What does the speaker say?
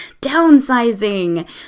downsizing